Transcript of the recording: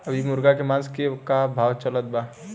अभी मुर्गा के मांस के का भाव चलत बा?